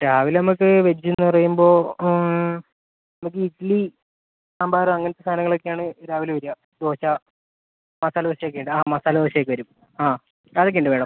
രാവിലെ നമ്മൾക്ക് വെജ് എന്നു പറയുമ്പോൾ നമുക്ക് ഇഡ്ഡ്ലി സാമ്പാർ അങ്ങനത്ത സാധനങ്ങളൊക്കെയാണ് രാവിലെ വരിക ദോശ മസാല ദോശയൊക്കെ ഉണ്ട് ആ മസാല ദോശയൊക്കെ വരും ആ അതൊക്കെ ഉണ്ട് മാഡം